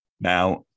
Now